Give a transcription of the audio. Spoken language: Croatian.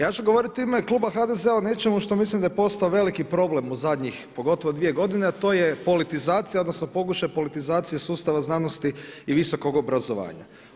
Ja ću govoriti u ime kluba HDZ-a o nečemu što mislim da je postao veliki problem u zadnjih pogotovo dvije godine, a to je politizacija, odnosno pokušaj politizacije sustava znanosti i visokog obrazovanja.